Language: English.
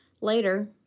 Later